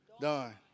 Done